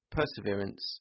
perseverance